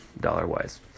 dollar-wise